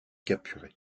capturé